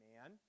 man